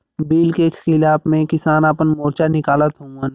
bill के खिलाफ़ में किसान आपन मोर्चा निकालत हउवन